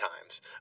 times